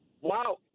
Wow